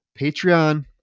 Patreon